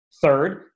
Third